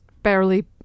Barely